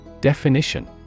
Definition